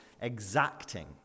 exacting